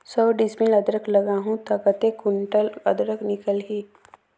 सौ डिसमिल अदरक लगाहूं ता कतेक कुंटल अदरक निकल ही?